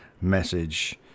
message